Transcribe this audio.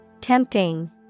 Tempting